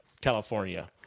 California